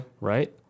right